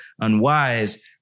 unwise